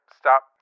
stop